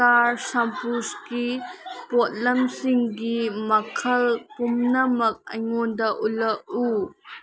cars ꯁꯝꯄꯨꯁꯀꯤ ꯄꯣꯠꯂꯝꯁꯤꯡꯒꯤ ꯃꯈꯜ ꯄꯨꯝꯅꯃꯛ ꯑꯩꯉꯣꯟꯗ ꯎꯠꯂꯛꯎ